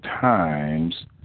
times